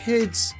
Kids